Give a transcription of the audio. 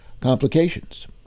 complications